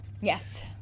Yes